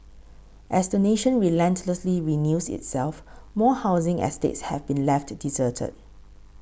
as the nation relentlessly renews itself more housing estates have been left deserted